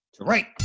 Right